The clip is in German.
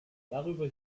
darüber